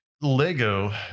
lego